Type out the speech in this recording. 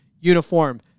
Uniform